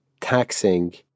taxing